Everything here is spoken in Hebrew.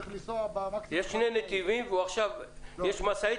יש שני נתיבים ויש משאית,